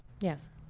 Yes